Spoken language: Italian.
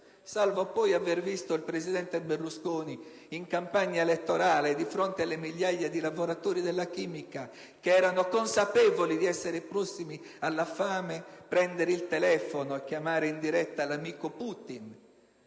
salvo poi aver visto il presidente Berlusconi in campagna elettorale, di fronte alle migliaia di lavoratori nel settore chimico che erano consapevoli di essere prossimi alla fame, prendere il telefono per chiamare in diretta l'amico Putin